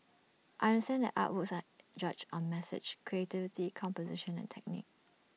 I understand that artworks are judged on message creativity composition and technique